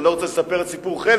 אני לא רוצה לספר את סיפור חלם,